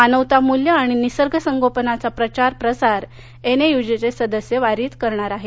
मानवता मूल्य आणि निसर्ग संगोपनाचा प्रचार प्रसार एनयुजे चे सदस्य वारीत करणार आहेत